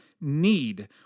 need